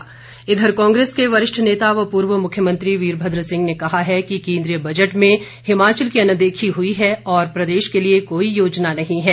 प्रतिक्रिया कांग्रेस इधर कांग्रेस के वरिष्ठ नेता व पूर्व मुख्यमंत्री वीरभद्र सिंह ने कहा है कि केन्द्रीय बजट में हिमाचल की अनदेखी हुई है और प्रदेश के लिए कोई योजना नहीं है